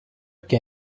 que